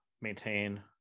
maintain